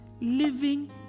living